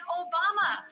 obama